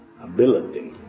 ability